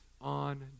On